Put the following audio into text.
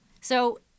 So-